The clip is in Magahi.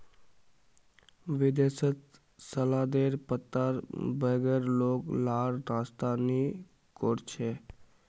विदेशत सलादेर पत्तार बगैर लोग लार नाश्ता नि कोर छे